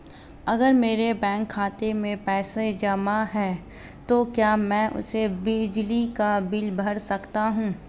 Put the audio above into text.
अगर मेरे बैंक खाते में पैसे जमा है तो क्या मैं उसे बिजली का बिल भर सकता हूं?